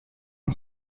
une